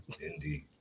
indeed